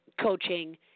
coaching